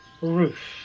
roof